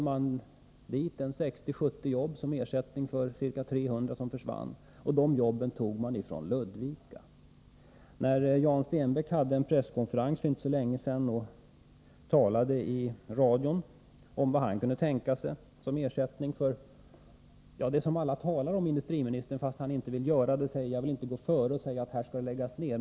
Man flyttade dit 60-70 jobb som ersättning för ca 300 som försvann. Dessa ersättningsjobb tog man från Ludvika. Jan Stenbeck hade för inte så länge sedan en presskonferens och talade också i radio om vad han kunde tänka sig som ersättning för det som alla talar om men som industriministern kringgår genom att säga att han inte vill gå före och påstå att något skall läggas ner.